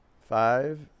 Five